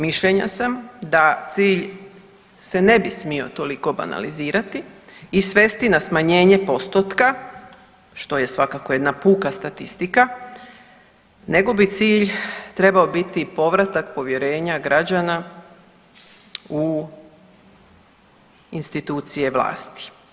Mišljenja sam da cilj se ne bi smio toliko banalizirati i svesti na smanjenje postotka, što je svakako jedna puka statistika nego bi cilj trebao biti povratak povjerenja građana u institucije vlasti.